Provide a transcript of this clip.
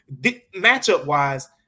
matchup-wise